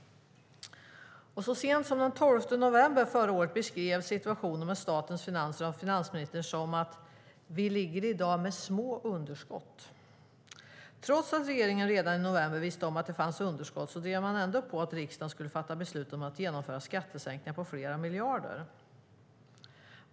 Så sent som den 12 november förra året beskrevs statens finanser av finansministern som att vi ligger i dag med små underskott. Trots att regeringen redan i november visste att det fanns ett underskott drev de på för att riksdagen skulle fatta beslut om att genomföra skattesänkningar på flera miljarder.